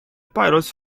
pilots